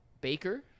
Baker